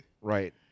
Right